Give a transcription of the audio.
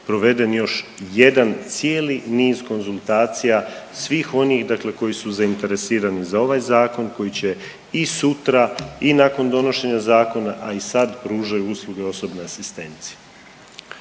proveden još jedan cijeli niz konzultacija svih onih dakle koji su zainteresirani za ovaj zakon, koji će i sutra i nakon donošenja zakona, a i sad pružaju usluge osobne asistencije.